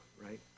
right